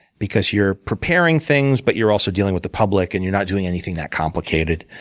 because you're preparing things, but you're also dealing with the public, and you're not doing anything that complicated.